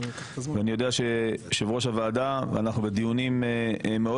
ואני יודע שיושב-ראש הוועדה ואנחנו בדיונים מאוד